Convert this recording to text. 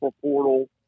portal